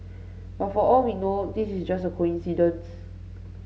but for all we know this is just a coincidence